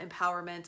empowerment